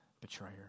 betrayer